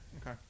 Okay